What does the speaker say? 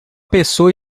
pessoa